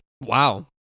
Wow